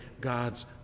God's